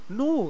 no